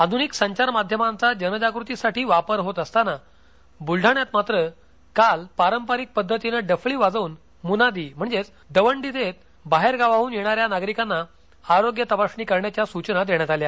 आधूनिक संचार माध्यमांचा जनजागृतीसाठी वापर होत असताना ब्लढाण्यात मात्र काल पारंपारिक पध्दतीनं डफळी वाजवून मुनादी म्हणजेच दवडी देत बाहेरगावाहन येणाऱ्या नागरिकांना आरोग्य तपासणी करण्याच्या सूचना देण्यात आल्या